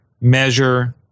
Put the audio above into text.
measure